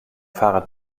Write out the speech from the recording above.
fahrrad